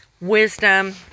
wisdom